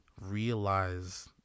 realize